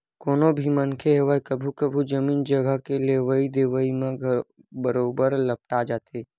कोनो भी मनखे होवय कभू कभू जमीन जघा के लेवई देवई म बरोबर लपटा जाथे